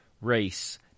race